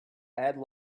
add